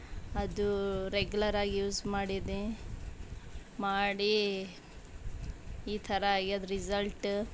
ಅದು ರೆಗ್ಯುಲರಾಗಿ ಯೂಸ್ ಮಾಡಿದ್ದೆ ಮಾಡಿ ಈ ಥರ ಆಗ್ಯದ ರಿಸಲ್ಟ